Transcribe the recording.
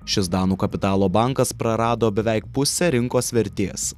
šis danų kapitalo bankas prarado beveik pusę rinkos vertės